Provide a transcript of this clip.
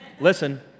Listen